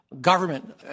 Government